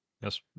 Yes